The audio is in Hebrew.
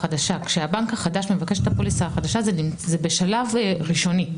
כשהבנק החדש מבקש את הפוליסה החדשה זה בשלב ראשוני,